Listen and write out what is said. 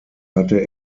hatte